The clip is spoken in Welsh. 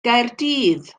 gaerdydd